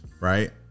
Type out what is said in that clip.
Right